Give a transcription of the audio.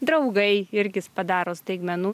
draugai irgi padaro staigmenų